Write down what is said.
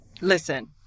listen